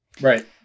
Right